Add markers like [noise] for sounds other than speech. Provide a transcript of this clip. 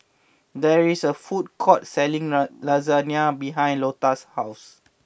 there is a food court selling [unintelligible] Lasagne behind Lotta's house